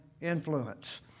influence